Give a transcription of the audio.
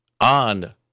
on